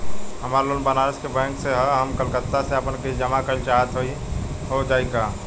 हमार लोन बनारस के बैंक से ह हम कलकत्ता से आपन किस्त जमा कइल चाहत हई हो जाई का?